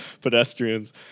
pedestrians